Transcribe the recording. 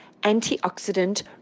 antioxidant